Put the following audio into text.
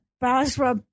Basra